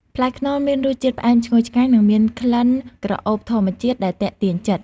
ផ្លែខ្នុរមានរសជាតិ ផ្អែមឈ្ងុយឆ្ងាញ់ និងមាន ក្លិនក្រអូប ធម្មជាតិដែលទាក់ទាញចិត្ត។